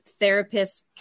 therapists